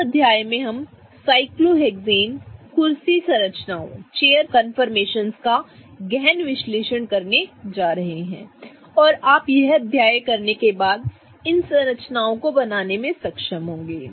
इस अध्याय में हम साइक्लोहेक्सेन कुर्सी संरचनाओं का गहन विश्लेषण करने जा रहे हैं और आप यह अध्याय करने के बाद इन संरचनाओं को बनाने में सक्षम होंगे